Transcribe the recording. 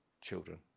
children